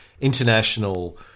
international